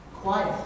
Quiet